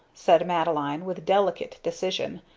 said madeline, with delicate decision,